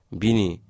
bini